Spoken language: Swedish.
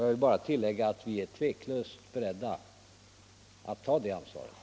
Jag vill tillägga att vi är tveklöst beredda att ta det ansvaret.